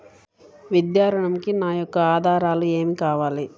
విద్యా ఋణంకి నా యొక్క ఆధారాలు ఏమి కావాలి?